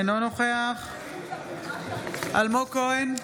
אינו נוכח אלמוג כהן,